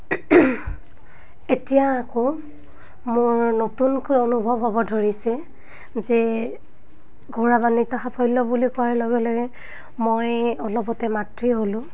এতিয়া আকৌ মোৰ নতুনকৈ অনুভৱ হ'ব ধৰিছে যে গৌৰৱান্বিত সাফল্য বুলি কোৱাৰ লগে লগে মই অলপতে মাতৃয়ে হ'লোঁ